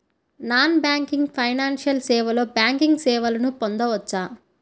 Non banking financial సేవలో banking సేవలను పొందవచ్చా?